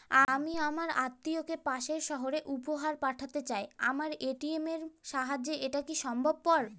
আমি আমার আত্মিয়কে পাশের সহরে উপহার পাঠাতে চাই আমার এ.টি.এম এর সাহায্যে এটাকি সম্ভবপর?